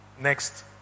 Next